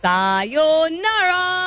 Sayonara